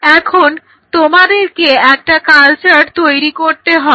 এখন তোমাদেরকে একটা কালচার তৈরি করতে হবে